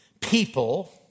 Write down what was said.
people